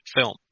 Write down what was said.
film